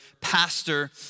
pastor